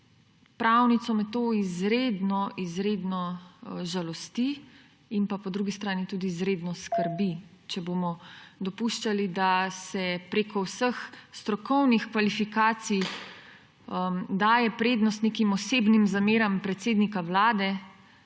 pravnico me to izredno izredno žalosti. Po drugi strani me izredno skrbi, če bomo dopuščali, da se preko vseh strokovnih kvalifikacij daje prednost nekim osebnim zameram predsednika Vlade,